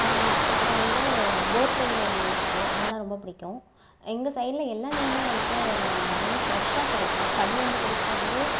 அப்புறம் வந்து போத்தல்னு ஒரு மீன் இருக்கு அதெல்லாம் ரொம்ப பிடிக்கும் எங்கள் சைடில் எல்லா மீனுமே வந்துவிட்டு ரொம்ப ஃப்ரெஷ்ஷாக கிடைக்கும் கடல்லேந்து பிடிச்சிட்டு வந்து